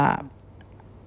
are